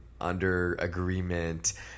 under-agreement